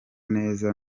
neza